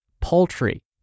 poultry